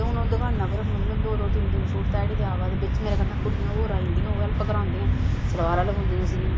ते हून ओह् दकाना पर दो दो तिन तिन सूट ध्याड़ी दे आवा दे बिच्च मेरे कन्नै कुड़ियां होर आई जंदियां ओह् हैल्प करांदियां सलवारां लगी पौंदियां सीन